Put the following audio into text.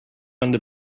under